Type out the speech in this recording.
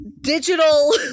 digital